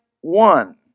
one